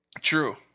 true